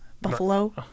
Buffalo